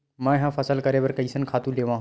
मैं ह फसल करे बर कइसन खातु लेवां?